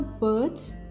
birds